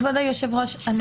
כבוד היושב ראש.